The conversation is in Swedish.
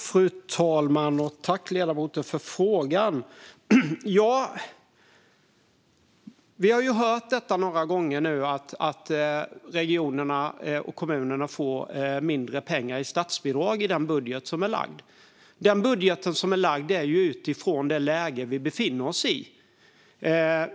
Fru talman! Tack, ledamoten, för frågan! Vi har ju hört några gånger att regionerna och kommunerna får mindre pengar i statsbidrag med den budget som är framlagd. Denna budget har ju lagts fram utifrån det läge som vi befinner oss i.